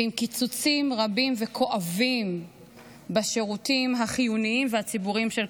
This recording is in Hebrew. ועם קיצוצים רבים וכואבים בשירותים החיוניים והציבוריים של כולנו.